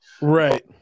right